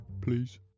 please